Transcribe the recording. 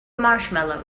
marshmallows